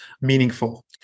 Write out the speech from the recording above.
meaningful